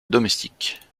domestique